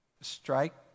strike